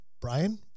Brian